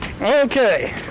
Okay